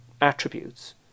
attributes